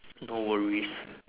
no worries